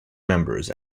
members